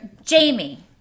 Jamie